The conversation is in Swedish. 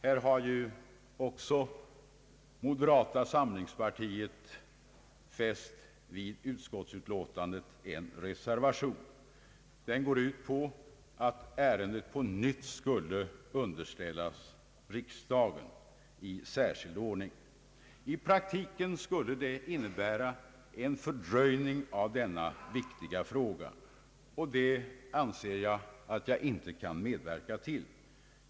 Här har moderata samlingspartiet till utskottsutlåtandet fogat en reservation som går ut på att ärendet på nytt skulle underställas riksdagen i särskild ordning. I praktiken skulle det innebära en fördröjning av denna viktiga fråga, och det anser jag att jag inte kan medverka till.